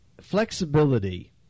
flexibility